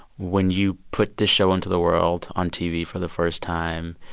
when you put this show into the world on tv for the first time,